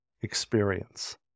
experience